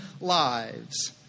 lives